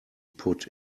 put